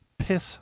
Piss